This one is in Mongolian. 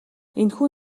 энэхүү